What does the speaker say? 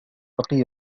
بقي